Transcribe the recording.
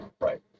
right